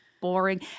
boring